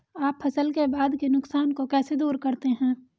आप फसल के बाद के नुकसान को कैसे दूर करते हैं?